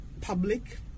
public